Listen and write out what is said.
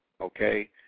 okay